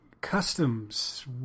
customs